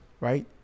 Right